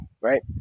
Right